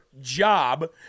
job